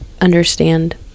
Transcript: understand